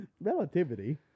Relativity